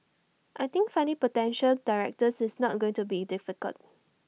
I think finding potential directors is not on going to be difficult